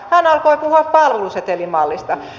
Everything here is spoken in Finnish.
hän alkoi puhua palvelusetelimallista